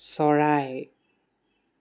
চৰাই